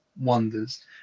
Wonders